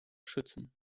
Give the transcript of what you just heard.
schützen